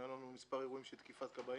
היו לנו מספר אירועים של תקיפת כבאים